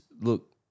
look